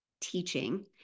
teaching